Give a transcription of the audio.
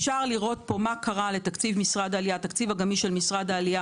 אפשר לראות פה מה קרה לתקציב הגמיש של משרד העלייה